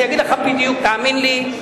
אני אגיד לך בדיוק תאמין לי,